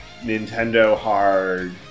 Nintendo-hard